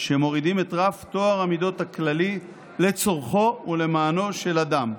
שמורידים את רף טוהר המידות הכללי לצורכו ולמענו של אדם.